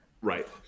Right